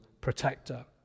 protector